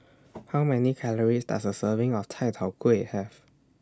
How Many Calories Does A Serving of Chai Tow Kway Have